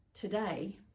today